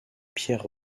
pierre